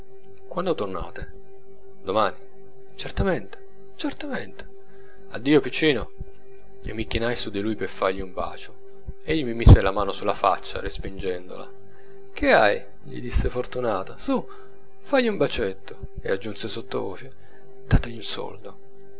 quando tornate domani certamente certamente addio piccino e mi chinai su di lui per fargli un bacio egli mi mise la mano sulla faccia respingendola che hai gli disse fortunata su fagli un bacetto e soggiunse sottovoce dategli un soldo